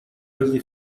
wealthy